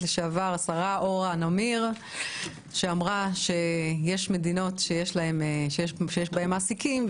לשעבר אורה נמיר שאמרה שיש מדינות שיש בהן מעסיקים,